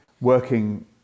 working